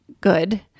good